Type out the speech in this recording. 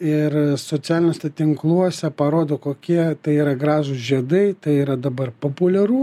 ir socialiniuose tinkluose parodo kokie tai yra gražūs žiedai tai yra dabar populiaru